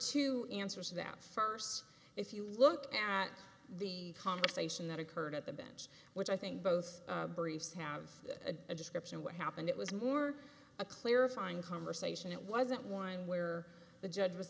to answer so that first if you look at the conversation that occurred at the bench which i think both briefs have a description of what happened it was more a clarifying conversation it wasn't one where the judge was